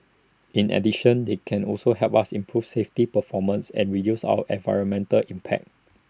in addition they can also help us improve safety performance and reduce our environmental impact